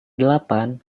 delapan